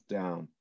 down